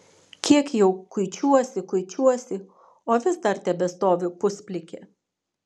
kiek jau kuičiuosi kuičiuosi o vis dar tebestoviu pusplikė